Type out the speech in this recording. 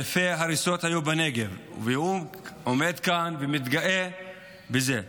אלפי הריסות היו בנגב, והוא עומד כאן ומתגאה בזה.